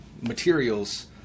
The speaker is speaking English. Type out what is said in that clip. materials